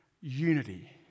Unity